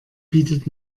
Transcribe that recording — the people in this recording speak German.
bietet